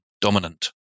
dominant